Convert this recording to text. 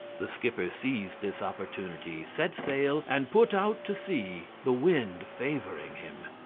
the skipper seized his opportunity, set sail, and put out to sea, the wind favouring him.